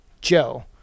Joe